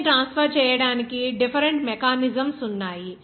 heat ని transfer చేయడానికి different mechanisms ఉన్నాయి